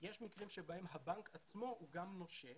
יש מקרים בהם הבנק עצמו הוא גם נושה,